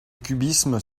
cubisme